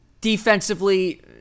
Defensively